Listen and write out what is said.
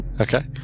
Okay